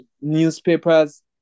newspapers